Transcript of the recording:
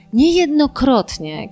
niejednokrotnie